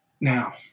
Now